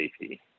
safety